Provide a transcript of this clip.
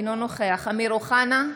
אינו נוכח אמיר אוחנה,